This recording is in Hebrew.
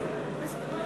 (קוראת בשמות חברי הכנסת)